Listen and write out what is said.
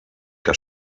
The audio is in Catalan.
que